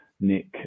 Nick